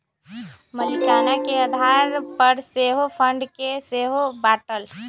मलीकाना के आधार पर सेहो फंड के सेहो बाटल